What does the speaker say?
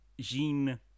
Jean